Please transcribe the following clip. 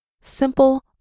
simple